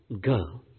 girl